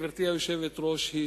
גברתי היושבת-ראש,